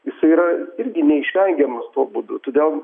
jisai yra irgi neišvengiamas tuo būdu todėl